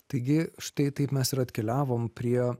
taigi štai taip mes ir atkeliavom prie